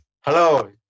Hello